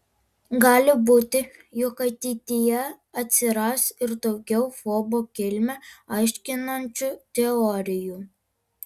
gali būti jog ateityje atsiras ir daugiau fobo kilmę aiškinančių teorijų